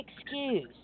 excuse